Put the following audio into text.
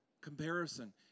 Comparison